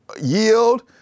yield